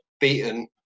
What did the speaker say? beaten